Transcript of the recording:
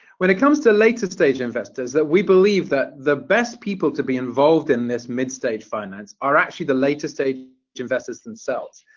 when it comes to later stage investors we believe that the best people to be involved in this midstage finance are actually the later stage investors themselves.